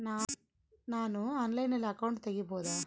ನಾನು ಆನ್ಲೈನಲ್ಲಿ ಅಕೌಂಟ್ ತೆಗಿಬಹುದಾ?